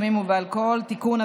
בסמים ובאלכוהול (תיקון),